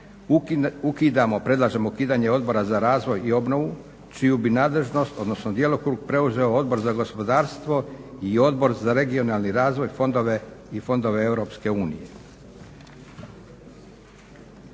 ukidamo, predlažemo ukidanje Odbora za razvoj i obnovu čiju bi nadležnost, odnosno djelokrug preuzeo Odbor za gospodarstvo i Odbor za regionalni razvoj, fondove i fondove Europske unije.